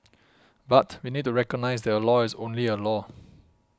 but we need to recognise that a law is only a law